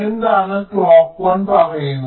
എന്താണ് ക്ലോക്ക് 1 പറയുന്നത്